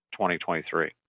2023